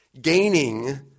Gaining